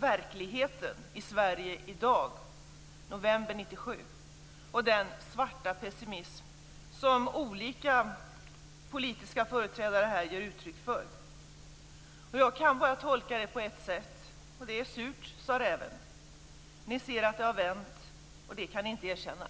verkligheten i Sverige i dag - i november 1997 - och den svarta pessimism som företrädare för olika politiska inriktningar ger uttryck för här. Jag kan bara tolka det på ett sätt - surt sade räven. Ni ser att det har vänt, och det kan ni inte erkänna.